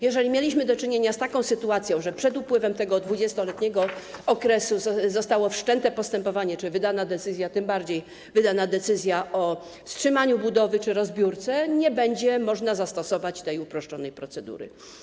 Jeżeli mieliśmy do czynienia z taką sytuacją, że przed upływem tego 20-letniego okresu zostało wszczęte postępowanie czy, tym bardziej, została wydana decyzja o wstrzymaniu budowy czy rozbiórce, nie będzie można zastosować tej uproszczonej procedury.